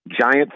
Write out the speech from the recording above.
giant